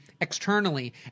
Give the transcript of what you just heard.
externally